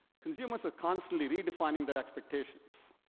consumers are constantly redefining their expectations.